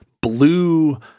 blue